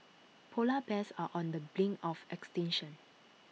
Polar Bears are on the brink of extinction